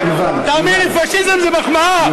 תאמין לי, "פאשיזם" זה מחמאה.